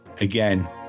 again